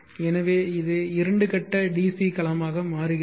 எனவே இது இரண்டு கட்ட DC களமாக மாறுகிறது